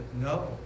no